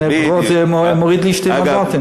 לפני הבחירות זה היה מוריד לי שני מנדטים.